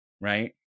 right